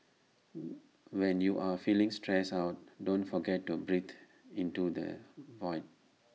when you are feeling stressed out don't forget to breathe into the void